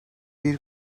bir